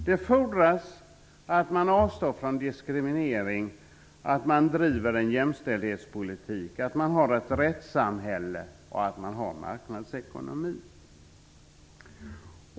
Det fordras att man avstår från diskriminering, att man driver en jämställdhetspolitik, att man har ett rättssamhälle och att man har marknadsekonomi.